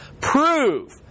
prove